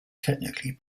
technically